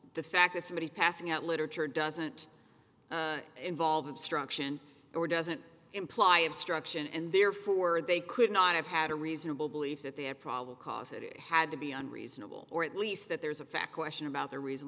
the fact that somebody passing out literature doesn't involve obstruction or doesn't imply obstruction and therefore they could not have had a reasonable belief that their problem cos it had to be unreasonable or at least that there's a fact question about the